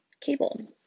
cable